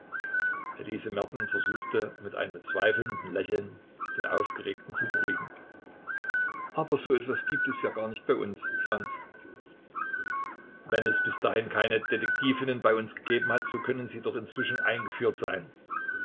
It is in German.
elise merten versuchte mit einem zweifelnden lächeln den aufgeregten zu beruhigen aber so etwas gibt es ja gar nicht bei uns franz wenn es bis dahin keine detektivinnen bei uns gegeben hat so können sie doch inzwischen eingeführt sein